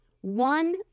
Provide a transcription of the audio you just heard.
One